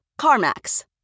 CarMax